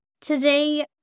Today